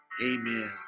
amen